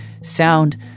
sound